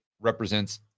represents